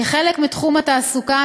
כחלק מתחום התעסוקה,